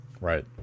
right